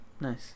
Nice